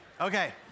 Okay